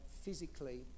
physically